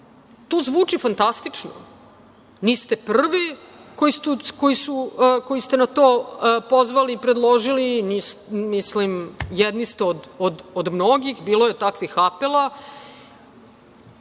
to zvuči fantastično. Niste prvi koji ste na to pozvali i predložili. Jedni ste od mnogih. Bilo je takvih apela.